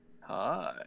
Hi